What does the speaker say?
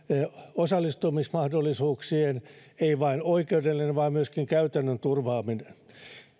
osallistumismahdollisuuksien ei vain oikeudellinen vaan myöskin käytännön turvaaminen